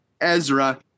Ezra